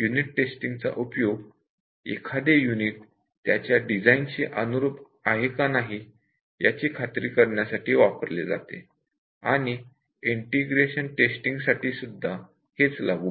unit testing चा उपयोग एखादे युनिट त्याच्या डिझाईनशी अनुरूप आहे का नाही याची खात्री करण्यासाठी वापरले जाते आणि इंटिग्रेशन टेस्टिंग साठी सुद्धा हेच लागू पडते